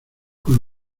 con